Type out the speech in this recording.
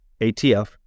ATF